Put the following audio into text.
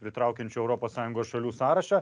pritraukiančių europos sąjungos šalių sąrašą